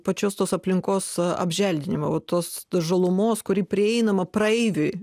pačios tos aplinkos apželdinimą vat tos žalumos kuri prieinama praeiviui